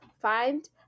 find